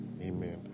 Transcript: Amen